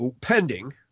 pending